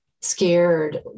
scared